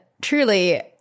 truly